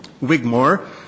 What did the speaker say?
Wigmore